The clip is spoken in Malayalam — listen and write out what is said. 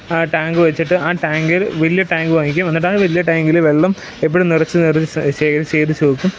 ആ ടാങ്ക് വെച്ചിട്ട് ആ ടാങ്കിൽ വലിയ ടാങ്ക് വാങ്ങിക്കും എന്നിട്ടാ വലിയ ടാങ്കിൽ വെള്ളം എപ്പോഴും നിറച്ച് നിറച്ച് ശേഖരിച്ച് ശേഖരിച്ച് വെക്കും